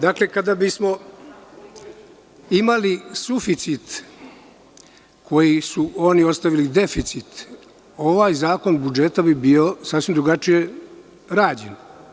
Dakle, kada bismo imali suficit koji su oni ostavili deficit, ovaj zakon budžeta bi bio sasvim drugačije rađen.